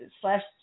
Slash